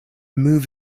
move